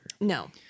No